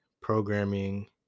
programming